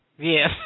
Yes